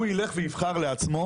הוא יילך ויבחר לעצמו